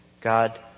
God